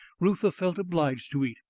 reuther felt obliged to eat,